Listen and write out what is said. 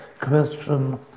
question